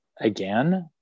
again